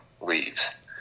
leaves